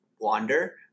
wander